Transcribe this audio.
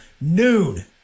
noon